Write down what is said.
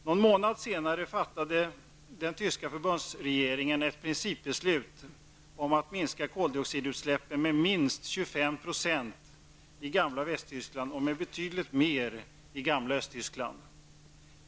Någon månad senare fattade den tyska förbundsregeringen ett principbeslut om att minska koldioxidutsläppen med minst 25 % i gamla Västtyskland och med betydligt mer i det forna Östtyskland.